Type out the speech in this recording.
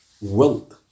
wealth